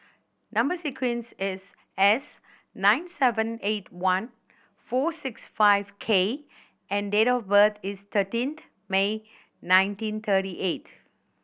number sequence is S nine seven eight one four six five K and date of birth is thirteenth May nineteen thirty eight